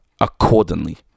accordingly